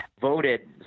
voted –